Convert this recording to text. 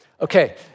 Okay